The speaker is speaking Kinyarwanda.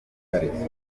kare